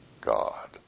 God